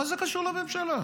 מה זה קשור לממשלה?